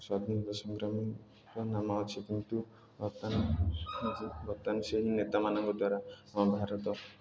ସ୍ୱାଧିନତା ସଂଗ୍ରାମୀଙ୍କ ନାମ ଅଛି କିନ୍ତୁ ବର୍ତ୍ତମାନ ବର୍ତ୍ତମାନ ସେହି ନେତାମାନଙ୍କ ଦ୍ୱାରା ଆମ ଭାରତ